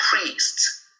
priests